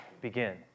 begin